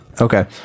Okay